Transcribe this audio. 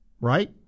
right